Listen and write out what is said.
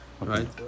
Right